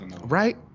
Right